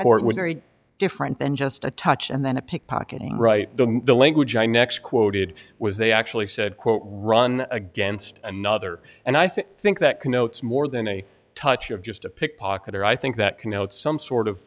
court with very different than just a touch and then a pickpocketing right the language i next quoted was they actually said quote run against another and i think that connotes more than a touch of just a pickpocket or i think that connotes some sort of